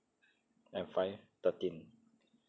and five thirteen